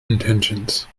intentions